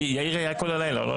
יאיר היה כל הלילה, לא?